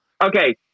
Okay